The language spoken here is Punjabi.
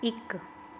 ਇੱਕ